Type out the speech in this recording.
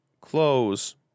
close